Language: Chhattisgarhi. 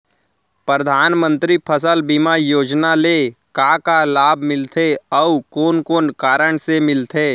परधानमंतरी फसल बीमा योजना ले का का लाभ मिलथे अऊ कोन कोन कारण से मिलथे?